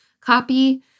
copy